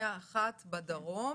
פנימייה אחת בדרום,